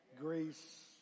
Grace